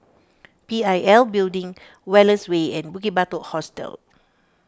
P I L Building Wallace Way and Bukit Batok Hostel